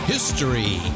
History